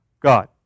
God